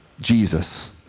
Jesus